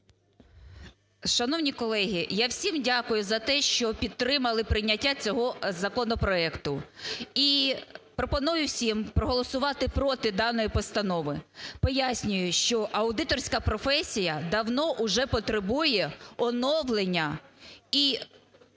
Шановні колеги, я всім дякую за те, що підтримали прийняття цього законопроекту. І пропоную всім проголосувати проти даної постанови. Пояснюю, що аудиторська професія давно уже потребує оновлення і